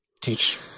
teach